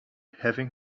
having